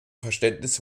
verständnis